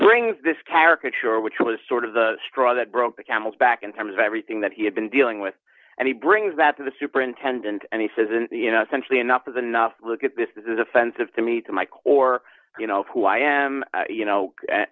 brings this caricature which was sort of the straw that broke the camel's back in terms of everything that he had been dealing with and he brings that to the superintendent and he says and you know essentially enough is enough look at this is offensive to me to mike or you know who i am you know and